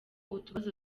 utubazo